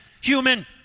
human